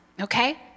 okay